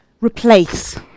replace